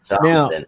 Now